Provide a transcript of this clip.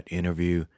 interview